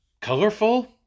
colorful